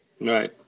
Right